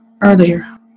earlier